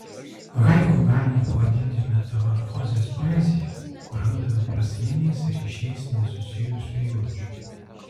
haiku galime pavadinti metamorfozės poeziją kur randame prasminiais ryšiais nesusijusių eilučių